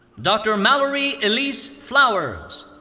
dr. mallory elise flowers.